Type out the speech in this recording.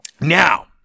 Now